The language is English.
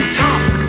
talk